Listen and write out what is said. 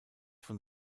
von